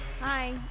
Hi